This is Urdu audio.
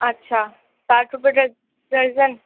اچھا ساٹھ روپیہ ڈر درجن